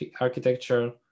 architecture